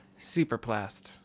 Superplast